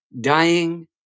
Dying